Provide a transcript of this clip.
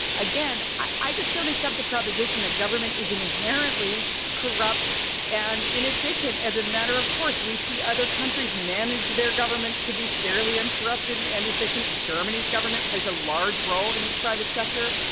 again, i just don't accept the proposition that government is inherently corrupt and inefficient as a matter of course. we see other countries manage their governments, to be fairly uncorrupted and efficient. germany's government plays a large role in its private sector.